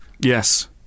Yes